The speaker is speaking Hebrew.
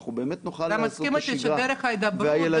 ואנחנו נוכל לחזור לשגרה -- אתה מסכים איתי שדרך ההידברות,